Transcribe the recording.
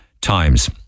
times